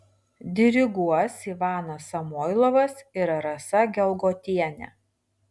diriguos ivanas samoilovas ir rasa gelgotienė